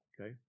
Okay